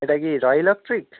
এটা কি রয় ইলেকট্রিক